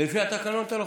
למכור את צה"ל.